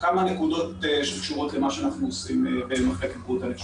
כמה נקודות שקשורות למה שאנחנו עושים במחלקת בריאות הנפש.